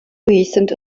recent